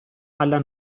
alla